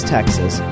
Texas